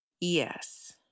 Yes